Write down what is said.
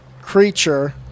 creature